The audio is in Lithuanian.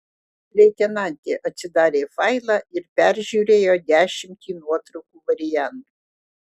leitenantė atsidarė failą ir peržiūrėjo dešimtį nuotraukų variantų